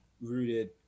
rooted